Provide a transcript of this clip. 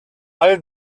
all